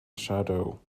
shadow